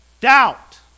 doubt